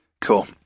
Cool